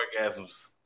orgasms